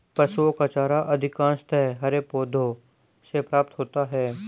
पशुओं का चारा अधिकांशतः हरे पौधों से प्राप्त होता है